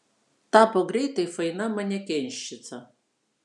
tapo greitai faina manekenščica